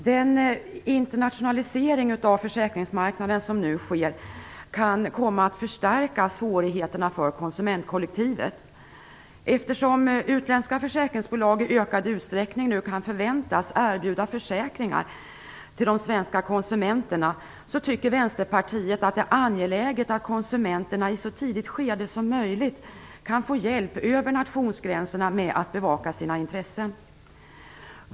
Herr talman! Den internationalisering av försäkringsmarknaden som nu sker kan komma att förstärka svårigheterna för konsumentkollektivet. Eftersom utländska försäkringsbolag i ökad utsträckning nu kan förväntas erbjuda försäkringar till de svenska konsumenterna, tycker Vänsterpartiet att det är angeläget att konsumenterna i ett så tidigt skede som möjligt kan få hjälp över nationsgränserna med att bevaka sina intressen.